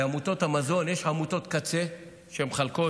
בעמותות המזון יש עמותות קצה שמחלקות,